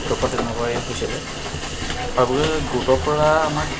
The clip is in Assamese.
গোটৰ পৰা তেনেকুৱাই হৈছিলে আৰু বিষেশকৈ গোটৰ পৰা আমাক